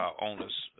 owners